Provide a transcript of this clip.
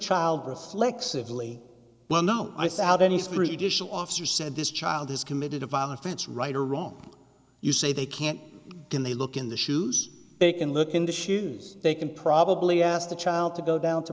child reflexive lee well no i saod any spree disha officer said this child has committed a violent offense right or wrong you say they can't did they look in the shoes they can look in the shoes they can probably ask the child to go down to